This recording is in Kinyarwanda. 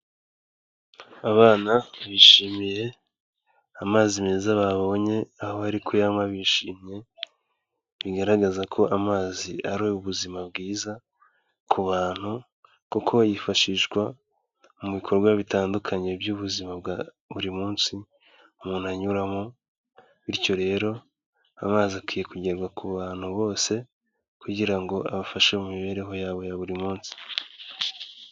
Abana bishimiye amazi meza babonye aho bari kuyanywa bishimye, bigaragaza ko amazi ari ubuzima bwiza ku bantu kuko yifashishwa mu bikorwa bitandukanye by'ubuzima bwa buri munsi umuntu anyuramo, bityo rero amazi akwiye kugezwa ku bantu bose kugira ngo abafashe mu mibereho yabo ya buri munsi.